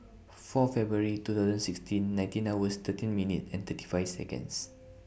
four February two thousand sixteen nineteen hours thirty minutes and thirty five Seconds